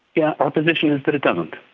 yeah our position is that it doesn't,